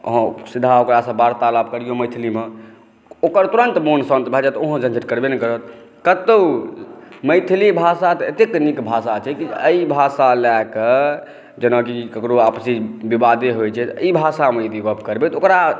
अहाँ सीधा ओकरासॅं वार्तालाप करियो मैथिलीमे जे ओकर तुरन्त मोन शान्त भए जायत ओ अहाँसॅं झंझट करबे नहि करत कतौ मैथिली भाषा तऽ एतेक नीक भाषा छै एहि भाषा लए कऽ जेना कि केकरो आपसी विवादे होइ छै ई भाषामे अगर गप करबै तऽ ओकरा